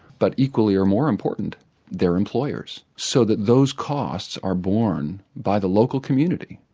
but equally or more important their employers. so that those costs are born by the local community,